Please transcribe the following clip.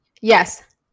Yes